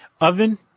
Oven